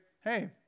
Hey